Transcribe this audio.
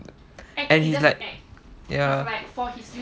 and it's like ya